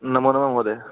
नमो नमः महोदय